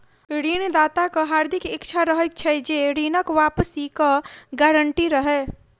ऋण दाताक हार्दिक इच्छा रहैत छै जे ऋणक वापसीक गारंटी रहय